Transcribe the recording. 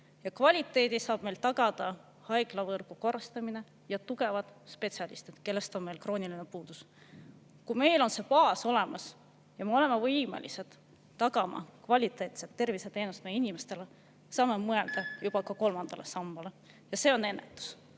Kvaliteedi saab tagada haiglavõrgu korrastamine ja tugevad spetsialistid, kellest on meil krooniline puudus. Kui meil on see baas olemas ja me oleme võimelised tagama kvaliteetset terviseteenust meie inimestele, siis saame mõelda juba ka kolmandale sambale, ja see on ennetus.